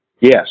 Yes